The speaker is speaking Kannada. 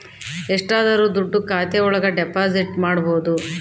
ಎಷ್ಟಾದರೂ ದುಡ್ಡು ಖಾತೆ ಒಳಗ ಡೆಪಾಸಿಟ್ ಮಾಡ್ಬೋದು